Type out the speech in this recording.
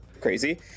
crazy